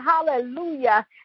hallelujah